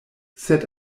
sed